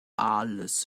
alles